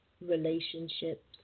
relationships